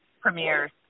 premieres